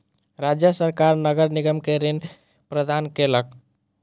राज्य सरकार नगर निगम के ऋण प्रदान केलक